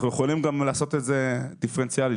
אנחנו יכולים גם לעשות זאת בצורה דיפרנציאלית.